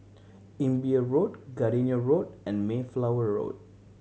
Imbiah Road Gardenia Road and Mayflower Road